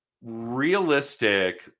realistic